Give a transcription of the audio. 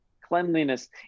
cleanliness